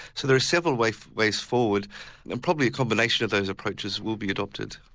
so there are several ways ways forward and and probably a combination of those approaches will be adopted.